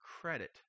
credit